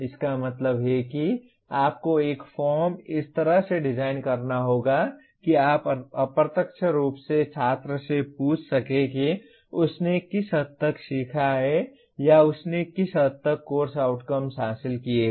इसका मतलब है कि आपको एक फॉर्म इस तरह से डिजाइन करना होगा कि आप अप्रत्यक्ष रूप से छात्र से पूछ सकें कि उसने किस हद तक सीखा है या उसने किस हद तक कोर्स आउटकम्स हासिल किए हैं